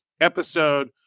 episode